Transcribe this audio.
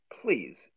please